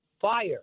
fire